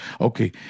Okay